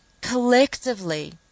collectively